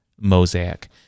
Mosaic